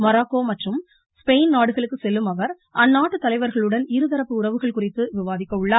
Morocco மற்றும் Spain நாடுகளுக்குச் இதனைத்தொடர்ந்து செல்லும் அவர் அஅந்நாட்டு தலைவர்களுடன் இருதரப்பு உறவுகள் குறித்து விவாதிக்க உள்ளார்